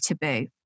taboo